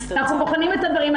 אנחנו בוחנים את הדברים,